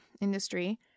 industry